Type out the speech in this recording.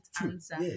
answer